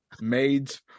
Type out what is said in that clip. maids